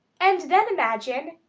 and then imagine,